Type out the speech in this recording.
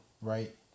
right